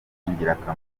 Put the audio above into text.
ingirakamaro